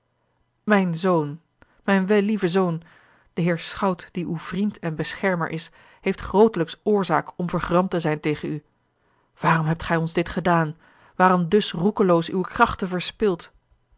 mijn zoon mijn wellieve zoon de heer schout die uw vriend en beschermer is heeft grootelijks oorzaak om vergramd te zijn tegen u waarom hebt gij ons dit gedaan waarom dus roekeloos uwe krachten verspild